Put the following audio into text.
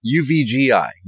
UVGI